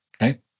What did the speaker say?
right